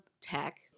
tech